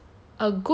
a good like